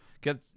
get